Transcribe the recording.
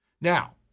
Now